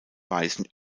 weißen